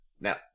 Now